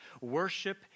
Worship